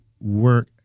work